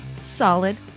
Solid